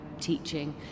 teaching